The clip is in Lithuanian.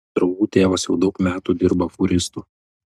draugų tėvas jau daug metų dirba fūristu